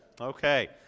Okay